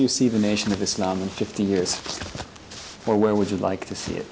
you see the nation of islam in fifty years or where would you like to see it